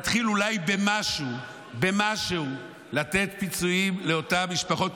נתחיל אולי במשהו לתת פיצויים לאותן משפחות,